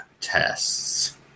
tests